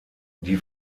die